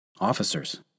Officers